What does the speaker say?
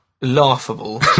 laughable